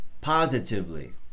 positively